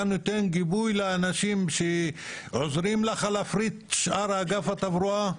אתה נותן גיבוי לאנשים שעוזרים לך להפריט את אגף התברואה?